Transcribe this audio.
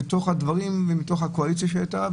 מתוך הדברים ומתוך הקואליציה שהייתה,